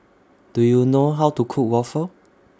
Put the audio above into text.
Do YOU know How to Cook Waffle